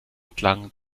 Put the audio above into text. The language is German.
klang